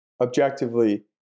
objectively